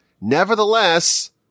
nevertheless